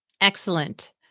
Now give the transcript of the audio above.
Excellent